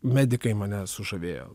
medikai mane sužavėjo